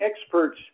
experts